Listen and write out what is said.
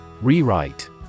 Rewrite